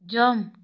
jump